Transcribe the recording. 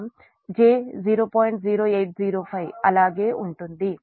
0805 అలాగే ఉంటుంది అప్పుడు ఈ j 0